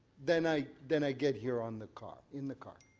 than i than i get her on the car in the car.